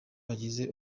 bagize